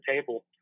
Table